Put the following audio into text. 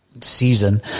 season